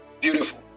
Beautiful